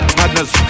madness